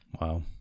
Wow